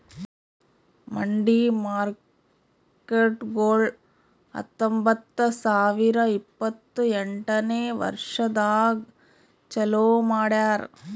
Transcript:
ಮಂಡಿ ಮಾರ್ಕೇಟ್ಗೊಳ್ ಹತೊಂಬತ್ತ ಸಾವಿರ ಇಪ್ಪತ್ತು ಎಂಟನೇ ವರ್ಷದಾಗ್ ಚಾಲೂ ಮಾಡ್ಯಾರ್